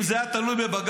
אם זה היה תלוי בבג"ץ,